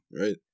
right